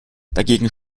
dagegen